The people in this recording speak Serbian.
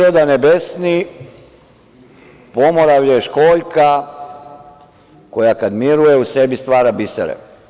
Kad priroda ne besni, Pomoravlje je školjka koja kada miruje u sebi stvara bisere.